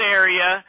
area